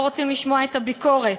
לא רוצים לשמוע את הביקורת.